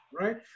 right